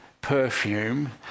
perfume